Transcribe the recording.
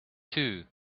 too